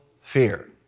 fear